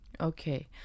Okay